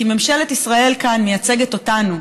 כי ממשלת ישראל כאן מייצגת אותנו,